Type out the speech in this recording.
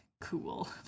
cool